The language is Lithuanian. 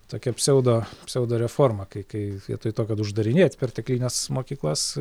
tokia pseudo pseudoreforma kai kai vietoj to kad uždarinėt perteklines mokyklas